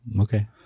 Okay